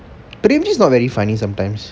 pramji is not very funny sometimes